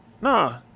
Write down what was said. Nah